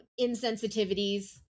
insensitivities